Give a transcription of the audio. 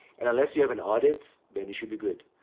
and unless you have an audit, then you should be good.